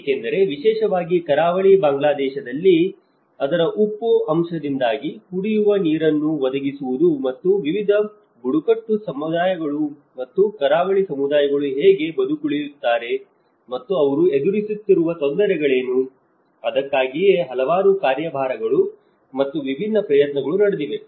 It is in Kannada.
ಏಕೆಂದರೆ ವಿಶೇಷವಾಗಿ ಕರಾವಳಿ ಬಾಂಗ್ಲಾದೇಶದಲ್ಲಿ ಅದರ ಉಪ್ಪು ಅಂಶದಿಂದಾಗಿ ಕುಡಿಯುವ ನೀರನ್ನು ಒದಗಿಸುವುದು ಮತ್ತು ವಿವಿಧ ಬುಡಕಟ್ಟು ಸಮುದಾಯಗಳು ಮತ್ತು ಕರಾವಳಿ ಸಮುದಾಯಗಳು ಹೇಗೆ ಬದುಕುಳಿಯುತ್ತಾರೆ ಮತ್ತು ಅವರು ಎದುರಿಸುತ್ತಿರುವ ತೊಂದರೆಗಳೇನು ಅದಕ್ಕಾಗಿಯೇ ಹಲವಾರು ಕಾರ್ಯಭಾರಗಳು ಮತ್ತು ವಿಭಿನ್ನ ಪ್ರಯತ್ನಗಳು ನಡೆದಿವೆ